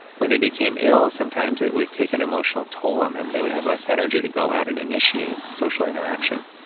when they became ill, sometimes it would take an emotional toll on them, they would have less energy to go out and initiate social interaction.